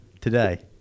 Today